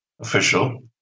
official